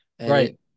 Right